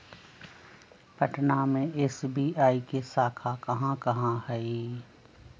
पटना में एस.बी.आई के शाखा कहाँ कहाँ हई